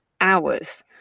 hours